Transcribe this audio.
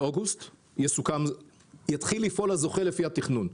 באוגוסט יתחיל לפעול הזוכה, לפי התכנון.